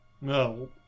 No